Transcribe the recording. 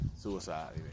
suicide